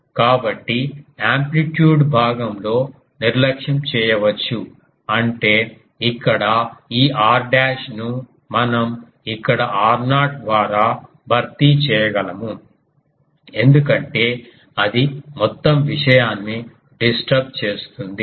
కాబట్టి యాంప్లిట్యూడ్ భాగంలో నిర్లక్ష్యం చేయవచ్చు అంటే ఇక్కడ ఈ r డాష్ ను మనం ఇక్కడ r0 ద్వారా భర్తీ చేయగలము ఎందుకంటే అది మొత్తం విషయాన్ని డిస్టర్బ్ చేస్తుంది